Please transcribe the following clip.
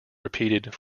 repeated